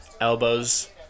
Elbows